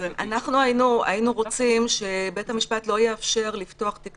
אנחנו היינו רוצים שבית המשפט לא יאפשר לפתוח תיק